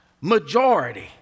majority